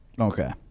Okay